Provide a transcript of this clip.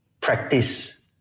practice